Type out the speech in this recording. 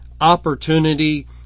opportunity